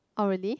oh really